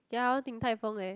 ya I want Din-Tai-Fung leh